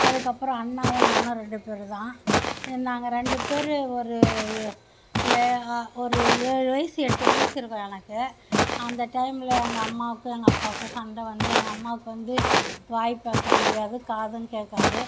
அதுக்கு அப்புறம் அண்ணாவும் நானும் ரெண்டு பேர் தான் நாங்கள் ரெண்டு பேர் ஒரு ஏ ஏ ஒரு ஏழு வயசு எட்டு வயசு இருக்கும் எனக்கு அந்த டைமில் எங்கள் அம்மாக்கும் எங்கள் அப்பாக்கும் சண்டை வந்து எங்கள் அம்மாக்கு வந்து வாய் பேச முடியாது காதும் கேட்காது